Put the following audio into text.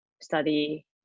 study